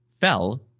fell